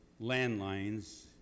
landlines